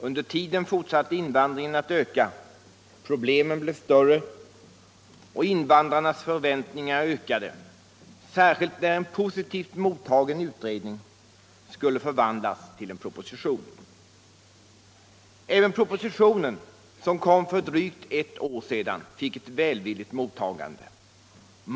Under tiden fortsatte invandringen att öka, problemen blev större och invandrarnas förväntningar ökade, särskilt när en positivt mottagen utredning skulle förvandlas till en proposition. Även propositionen, som kom för drygt ett år sedan, fick ett välvilligt mottagande.